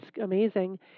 amazing